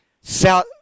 South